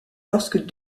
lorsque